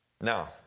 Now